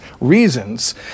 reasons